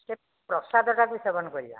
ସେ ପ୍ରସାଦଟାକୁ ସେବନ କରିବା